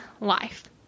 life